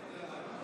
שההסתייגות נדחתה.